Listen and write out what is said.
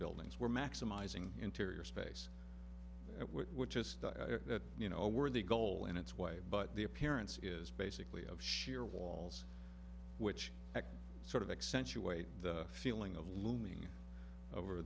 buildings where maximizing interior space which is you know a worthy goal in its way but the appearance is basically of sheer walls which sort of accentuate the feeling of looming over